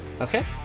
Okay